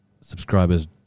subscribers